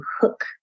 hook